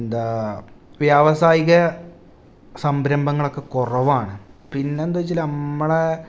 എന്താ വ്യാവസായിക സംരഭങ്ങളൊക്കെ കുറവാണ് പിന്നെന്താ വെച്ചാൽ നമ്മളെ